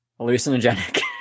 Hallucinogenic